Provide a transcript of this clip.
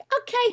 okay